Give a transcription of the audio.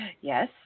Yes